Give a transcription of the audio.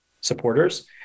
supporters